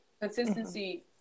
consistency